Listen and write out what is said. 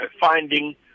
finding